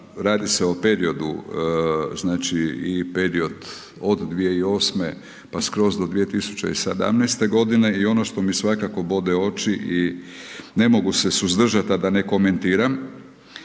znači i period od 2008. pa skroz do 2017. godine i ono što mi svakako bode oči i ne mogu se suzdržat a da ne komentiram,